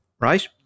Right